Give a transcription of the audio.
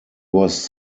was